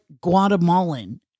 Guatemalan